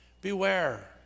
Beware